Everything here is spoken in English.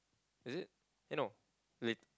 is it eh no late